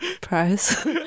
prize